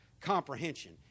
comprehension